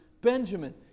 Benjamin